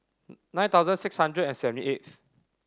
nine thousand six hundred and seventy eighth